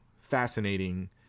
fascinating